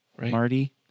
Marty